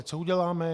Co uděláme?